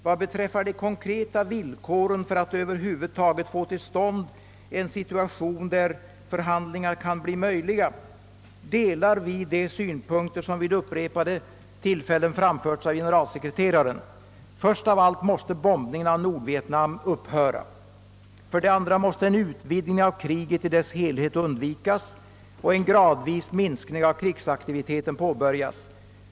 Vad beträffar: de konkreta villkoren för att över huvud få till stånd en situation, där förhandlingar kan bli möjliga, delar vi de synpunkter som vid upprepade tillfällen framförts av generalsekreteraren. Först av allt måste bombningen av Nordvietnam upphöra. För det andra måste en utvidgning av kriget i dess helhet undvikas och en gradvis minskning av krigsaktiviteten påbörjas.